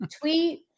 tweet